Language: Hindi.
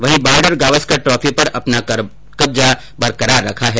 वहीं बॉर्डर गावस्कर ट्रॉफी पर अपना कब्जा बरकरार रखा है